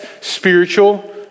spiritual